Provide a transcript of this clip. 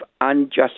unjust